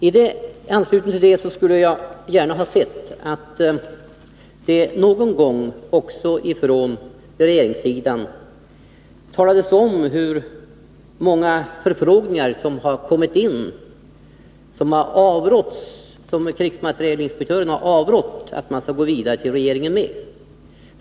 I anslutning härtill skulle jag gärna ha sett att det någon gång också från regeringens sida talades om hur många förfrågningar som har kommit in och beträffande vilka krigsmaterielinspektören har avrått från att man skulle gå vidare till regeringen.